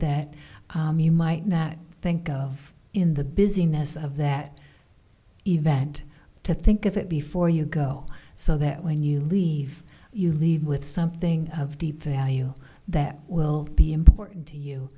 that you might not think of in the business of that event to think of it before you go so that when you leave you leave with something of deep value that will be important